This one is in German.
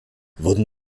wurden